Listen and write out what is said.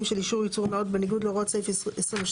של אישור ייצור נאות בניגוד להוראות סעיף 22(ב).